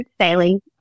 sailing